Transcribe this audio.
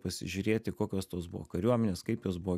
pasižiūrėti kokios tos buvo kariuomenės kaip jos buvo